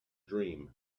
dream